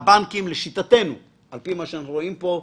והבנקים, לשיטתנו, על פי מה שאנחנו רואים פה,